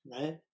right